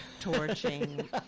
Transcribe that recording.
torching